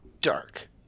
dark